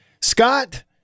Scott